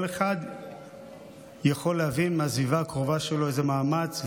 כל אחד יכול להבין מהסביבה הקרובה שלו איזה מאמץ,